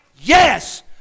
Yes